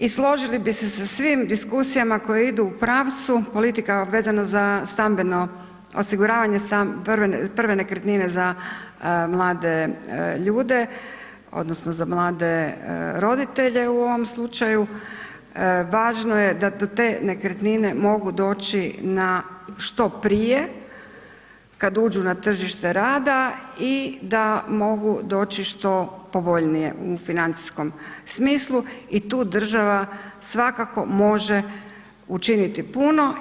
I složili bi se sa svim diskusijama koje idu u pravcu politika vezano za stambeno, osiguravanje prve nekretnine za mlade ljude odnosno za mlade roditelje u ovom slučaju, važno je da do te nekretnine mogu doći na, što prije kad uđu na tržište rada i da mogu doći što povoljnije u financijskom smislu i tu država svakako može učiniti puno.